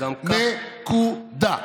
נקודה.